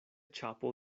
ĉapo